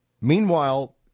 Meanwhile